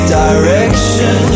direction